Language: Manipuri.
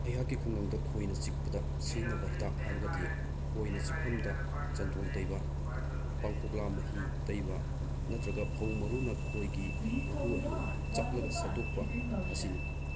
ꯑꯩꯍꯥꯛꯀꯤ ꯈꯨꯡꯒꯪꯗ ꯈꯣꯏꯅ ꯆꯤꯛꯄꯗ ꯁꯤꯖꯤꯟꯅꯕ ꯍꯤꯗꯥꯛ ꯍꯥꯏꯔꯒꯗꯤ ꯈꯣꯏꯅ ꯆꯤꯛꯐꯃꯗ ꯆꯟꯗꯣꯜ ꯇꯩꯕ ꯄꯥꯡꯈꯣꯛꯂꯥ ꯃꯍꯤ ꯇꯩꯕ ꯅꯠꯇ꯭ꯔꯒ ꯐꯨ ꯃꯔꯨꯅ ꯈꯣꯏꯒꯤ ꯃꯍꯨ ꯑꯗꯨ ꯆꯞꯂꯒ ꯁꯠꯇꯣꯛꯄ ꯑꯁꯤꯅꯤ